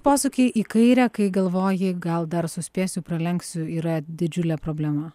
posūkiai į kairę kai galvoji gal dar suspėsiu pralenksiu yra didžiulė problema